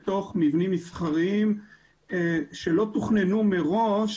לתוך מבנים מסחריים שלא תוכננו ראש